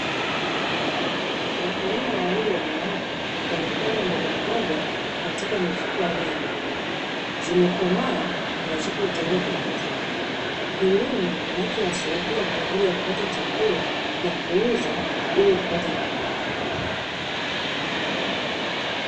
Wakulima wawili wanawake wamepanda mbogamboga katika mifuko aina ya viroba. Zimekomaa na zipo tayari kwa kuchumwa. Kilimo kinachowasaidia kwa ajili ya kupata chakula na kuuza ili kupata kipato.